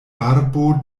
barbo